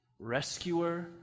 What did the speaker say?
Rescuer